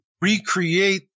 recreate